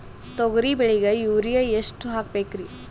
ತೊಗರಿ ಬೆಳಿಗ ಯೂರಿಯಎಷ್ಟು ಹಾಕಬೇಕರಿ?